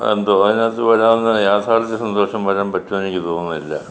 എന്തുവാ അതിനകത്ത് വരാവുന്ന യാഥാർഥ്യ സന്തോഷം വരാൻ പറ്റുമോ എന്ന് എനിക്ക് തോന്നുന്നില്ല